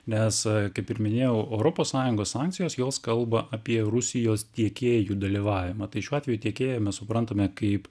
nes kaip ir minėjau europos sąjungos sankcijos jos kalba apie rusijos tiekėjų dalyvavimą tai šiuo atveju tiekėju mes suprantame kaip